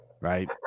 right